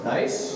Nice